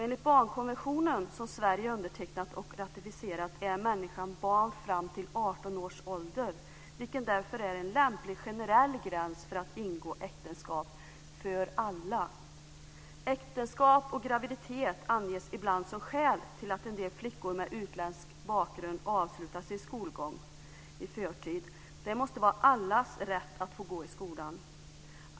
Enligt barnkonventionen som Sverige undertecknat och ratificerat är människan barn fram till 18 års ålder, vilket därför är en lämplig generell gräns för alla för att ingå äktenskap. Äktenskap och graviditet anges ibland som skäl till att en del flickor med utländsk bakgrund avslutar sin skolgång i förtid. Det måste vara allas rättighet att få gå i skolan.